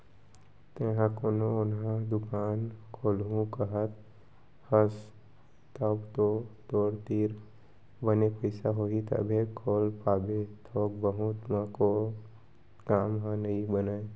तेंहा कोनो ओन्हा दुकान खोलहूँ कहत हस तव तो तोर तीर बने पइसा होही तभे खोल पाबे थोक बहुत म तो काम ह नइ बनय